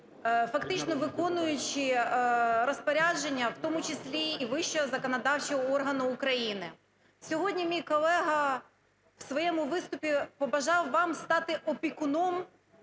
фактично виконуючи розпорядження, в тому числі і вищого законодавчого органу України. Сьогодні мій колега в своєму виступі побажав вам стати опікуном